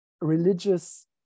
religious